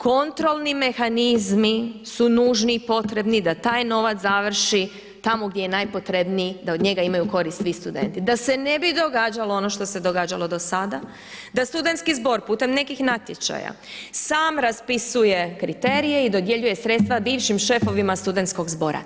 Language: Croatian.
Kontrolni mehanizmi su nužni i potrebni da taj novac završi tamo gdje je najpotrebniji da od njega imaju koristi svi studenti da se ne bi događalo ono što se događalo do sada, da studentski zbor putem nekih natječaja sam raspisuje kriterije i dodjeljuje sredstva bivšim šefovima studentskog zbora.